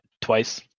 twice